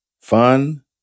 fun